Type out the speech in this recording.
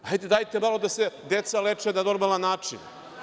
Dajte malo da se deca leče na normalan način.